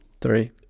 Three